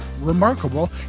remarkable